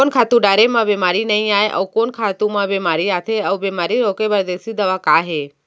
कोन खातू डारे म बेमारी नई आये, अऊ कोन खातू म बेमारी आथे अऊ बेमारी रोके बर देसी दवा का हे?